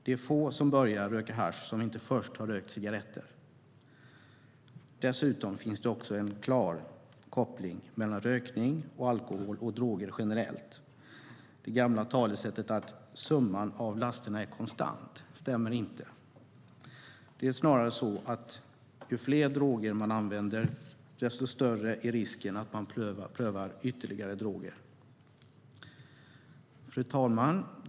Det är få som börjar röka hasch som inte först har rökt cigaretter. Dessutom finns det en klar koppling mellan rökning, alkohol och droger generellt. Det gamla talesättet att summan av lasterna är konstant stämmer inte. Det är snarare så att ju fler droger man använder, desto större är risken att man prövar ytterligare droger. Fru talman!